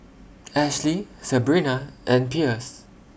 Ashlee Sebrina and Pierce